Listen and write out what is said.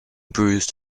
bruised